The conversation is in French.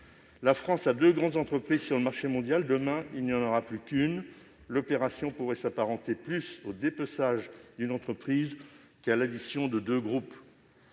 La France a deux grands groupes sur ce marché ; demain, elle n'en aura plus qu'un. L'opération pourrait s'apparenter davantage au dépeçage d'une entreprise qu'à l'addition de deux groupes.